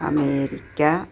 America